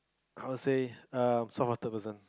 I will say err soft-hearted person